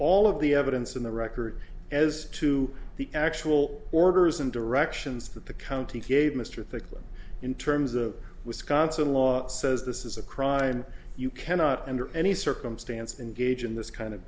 all of the evidence in the record as to the actual orders and directions that the county gave mr thickly in terms of wisconsin law says this is a crime you cannot under any circumstance engage in this kind of